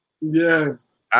Yes